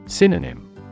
Synonym